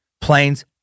planes